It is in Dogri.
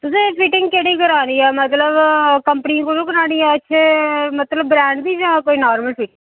तुसें फिटिंग केह्ड़ी करानी ऐ मतलब कंपनी कोलू करानी ऐ इत्थें मतलब ब्रैंड दी जां कोई नार्मल फिटिंग